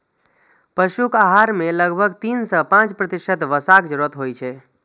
पशुक आहार मे लगभग तीन सं पांच प्रतिशत वसाक जरूरत होइ छै